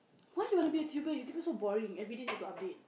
why you want to be a tuber YouTuber so boring everyday need to update